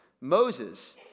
Moses